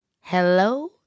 Hello